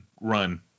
run